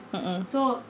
mm mm